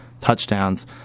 touchdowns